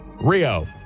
Rio